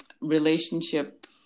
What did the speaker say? relationship